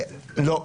לא.